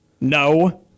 No